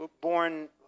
born